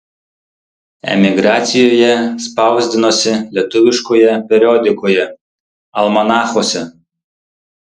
emigracijoje spausdinosi lietuviškoje periodikoje almanachuose